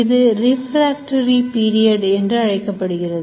இது refractory period என்று அழைக்கப்படுகிறது